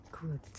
good